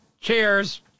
Cheers